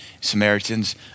Samaritans